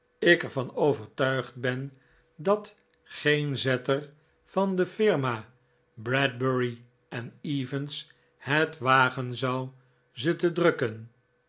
ik er van overtuigd ben dat geen zetter van de firma bradbury evans het wagen zou ze te drukken